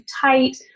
tight